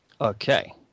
Okay